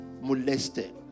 molested